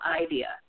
idea